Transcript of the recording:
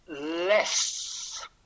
less